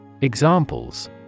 Examples